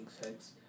sex